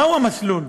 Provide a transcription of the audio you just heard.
מהו המסלול?